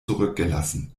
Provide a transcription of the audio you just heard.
zurückgelassen